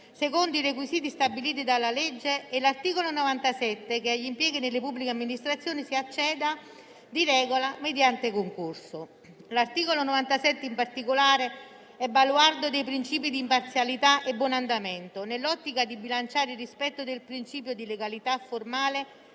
secondo i requisiti stabiliti dalla legge, mentre l'articolo 97 stabilisce che agli impieghi nelle pubbliche amministrazioni si accede di regola mediante concorso. L'articolo 97, in particolare, è baluardo dei principi di imparzialità e buon andamento dell'amministrazione, nell'ottica di bilanciare il rispetto del principio di legalità formale